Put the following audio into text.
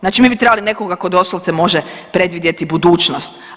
Znači mi bi trebali nekoga tko doslovce može predvidjeti budućnost.